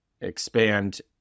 expand